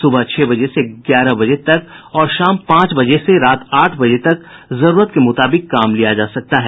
सुबह छह बजे से ग्यारह बजे तक और शाम पांच बजे से रात आठ बजे तक जरूरत के मुताबिक काम लिया जा सकता है